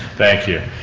thank you.